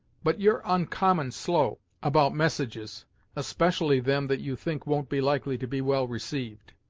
but you're oncommon slow about messages especially them that you think won't be likely to be well received.